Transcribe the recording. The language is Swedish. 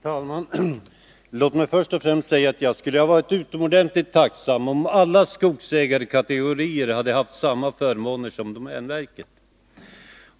Herr talman! Låt mig först säga att jag skulle ha varit utomordentligt tacksam om alla skogsägarkategorier hade haft samma förmåner som domänverket.